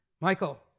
Michael